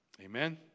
Amen